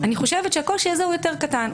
אני חושבת שהקושי הזה יותר קטן.